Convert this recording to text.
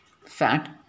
fat